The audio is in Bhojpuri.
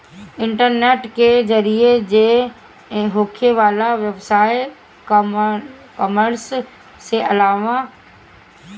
इंटरनेट के जरिया से होखे वाला व्यवसाय इकॉमर्स में आवेला